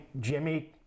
Jimmy –